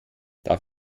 darf